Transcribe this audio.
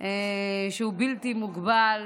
בלתי מוגבל.